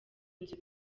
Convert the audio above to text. nzu